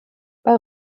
bei